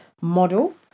model